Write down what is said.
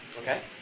Okay